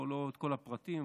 לא את כל הפרטים,